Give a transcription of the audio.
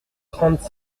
trente